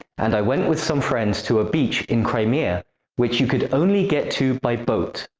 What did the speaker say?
and i went with some friends to beach in crimea which you could only get to by boat.